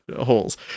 holes